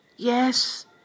Yes